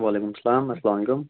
وعلیکُم سلام اَسلامُ علیکُم